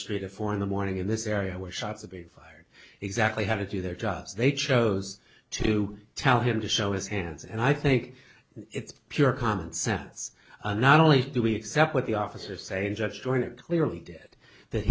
street at four in the morning in this area where shots of a fire exactly how to do their jobs they chose to tell him to show his hands and i think it's pure common sense and not only do we accept what the officers say and judge during it clearly did that